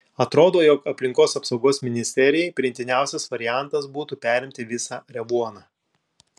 atrodo jog aplinkos apsaugos ministerijai priimtiniausias variantas būtų perimti visą revuoną